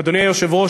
אדוני היושב-ראש,